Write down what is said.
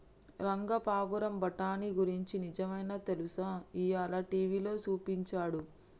రంగా పావురం బఠానీ గురించి నిజమైనా తెలుసా, ఇయ్యాల టీవీలో సూపించాడు